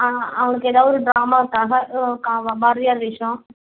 ஆ அவனுக்கு எதாவது ட்ராமாக்காக ம் கா பாரதியார் வேஷம்